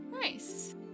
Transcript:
Nice